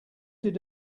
did